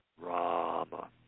Rama